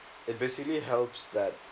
it basically helps that